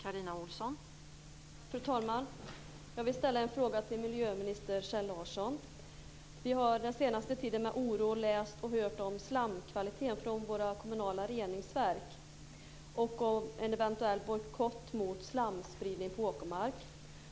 Fru talman! Jag vill ställa en fråga till miljöminister Kjell Larsson. Vi har den senaste tiden med oro läst och hört om slamkvaliteten från våra kommunala reningsverk och en eventuell bojkott mot slamspridning på åkermark.